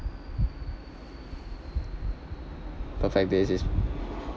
perfect days is